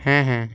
হ্যাঁ হ্যাঁ